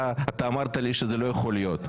אתה אמרת לי שזה לא יכול להיות,